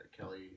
Kelly